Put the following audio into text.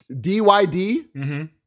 DYD